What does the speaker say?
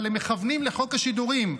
אבל הם מכוונים לחוק השידורים.